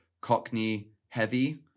Cockney-heavy